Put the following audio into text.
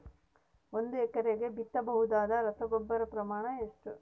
ಒಂದು ಎಕರೆಗೆ ಬಿತ್ತಬಹುದಾದ ರಸಗೊಬ್ಬರದ ಪ್ರಮಾಣ ಎಷ್ಟು?